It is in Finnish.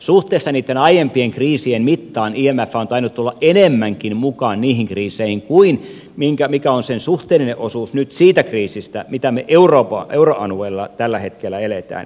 suhteessa niitten aiempien kriisien mittaan imf on tainnut tulla enemmänkin mukaan niihin kriiseihin kuin mikä on sen suhteellinen osuus nyt siitä kriisistä mitä me euroalueella tällä hetkellä elämme